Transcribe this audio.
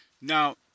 Now